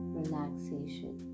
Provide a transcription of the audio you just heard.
relaxation